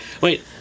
Wait